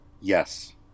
Yes